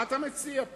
מה אתה מציע פה?